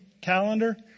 calendar